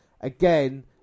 Again